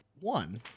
one